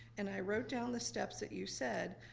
and i wrote down the steps that you said,